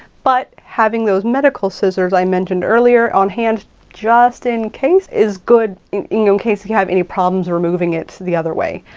but having those medical scissors i mentioned earlier on hand just in case is good in case you have any problems removing it the other way.